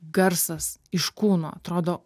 garsas iš kūno atrodo